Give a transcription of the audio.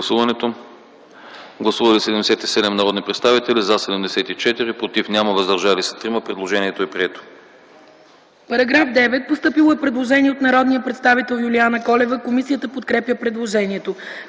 Гласували 77 народни представители: за 74, против няма, въздържали се 3. Предложението е прието. ДОКЛАДЧИК ИСКРА ФИДОСОВА: По § 9 е постъпило предложение от народния представител Юлиана Колева. Комисията подкрепя предложението.